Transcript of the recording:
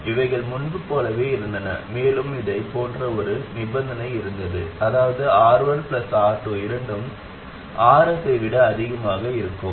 இவைகள் முன்பு போலவே இருந்தன மேலும் இதைப் போன்ற ஒரு நிபந்தனை இருந்தது அதாவது R1 மற்றும் R2 இரண்டும் Rs ஐ விட அதிகமாக இருக்க வேண்டும்